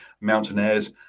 Mountaineers